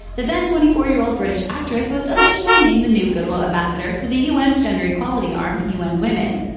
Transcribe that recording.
the then twenty four year old british actress was officially named the new goodwill ambassador for the u n s gender-equality arm, u n. women.